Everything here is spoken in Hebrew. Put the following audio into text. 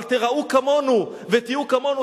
אבל תיראו כמונו ותהיו כמונו,